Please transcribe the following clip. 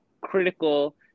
critical